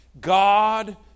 God